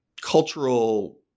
cultural –